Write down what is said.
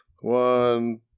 One